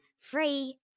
Free